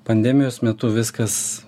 pandemijos metu viskas